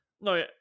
No